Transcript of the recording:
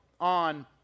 on